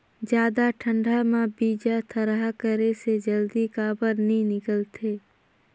जादा ठंडा म बीजा थरहा करे से जल्दी काबर नी निकलथे?